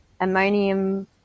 ammonium